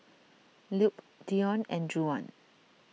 Lupe Deon and Juwan